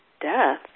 death